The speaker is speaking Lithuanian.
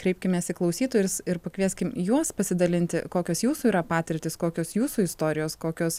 kreipkimės į klausytojus ir pakvieskim juos pasidalinti kokios jūsų yra patirtys kokios jūsų istorijos kokios